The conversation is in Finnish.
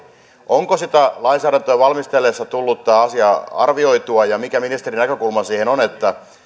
onko sitä lainsäädäntöä valmistellessa tullut tätä asiaa arvioitua ja mikä ministerin näkökulma siihen on